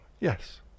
Yes